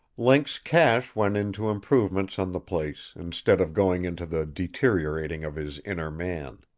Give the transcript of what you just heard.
link's cash went into improvements on the place, instead of going into the deteriorating of his inner man.